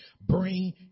Bring